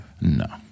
No